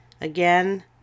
Again